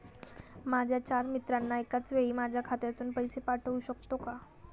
माझ्या चार मित्रांना एकाचवेळी माझ्या खात्यातून पैसे पाठवू शकतो का?